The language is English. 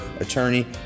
attorney